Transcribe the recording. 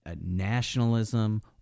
nationalism